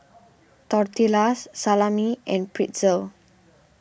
Tortillas Salami and Pretzel